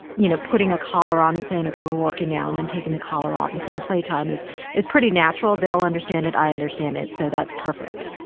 you know, putting a collar on and saying, okay, we're working now and then taking the collar off and saying play time is is pretty natural. they'll understand it. i understand it. so that's perfect